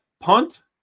punt